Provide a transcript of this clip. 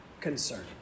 concern